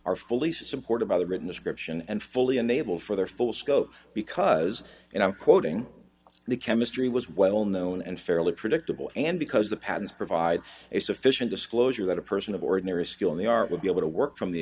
are fully supported by the written description and fully unable for their full scope because and i'm quoting the chemistry was well known and fairly predictable and because the patents provide a sufficient disclosure that a person of ordinary skill in the art would be able to work from the